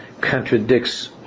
contradicts